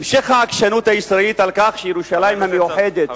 המשך העקשנות הישראלית על כך שירושלים המאוחדת,